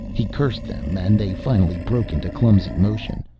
he cursed them and finally broke into clumsy motion.